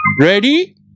Ready